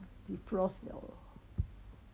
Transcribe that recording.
defrost liao lor